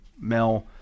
Mel